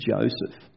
Joseph